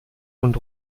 und